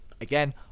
again